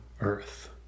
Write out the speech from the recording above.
earth